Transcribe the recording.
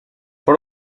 por